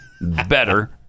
Better